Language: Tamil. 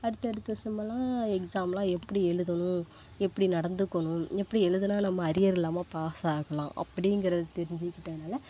அடுத்தடுத்த செம்முலாம் எக்ஸாம்லாம் எப்படி எழுதணும் எப்படி நடந்துக்கணும் எப்படி எழுதுனா நம்ம அரியர் இல்லாம பாஸ் ஆகலாம் அப்படிங்குறது தெரிஞ்சிக்கிட்டதுனால